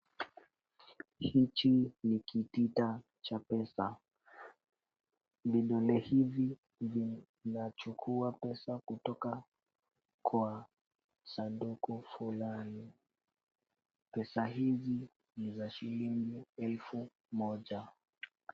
Hichi ni kitita cha pesa. Vidole hivi vinachukua pesa kutoka kwa sanduku fulani. Pesa hizi ni za shilingi elfu moja.